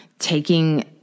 taking